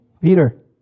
Peter